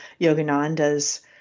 Yogananda's